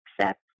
accept